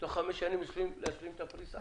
להשלים את הפריסה.